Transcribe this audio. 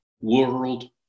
world